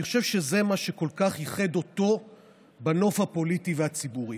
אני חושב שזה מה שכל כך ייחד אותו בנוף הפוליטי והציבורי.